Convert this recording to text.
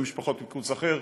ל-20 משפחות בקיבוץ אחר.